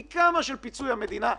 פיצוי מהמדינה.